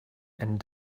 and